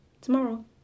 tomorrow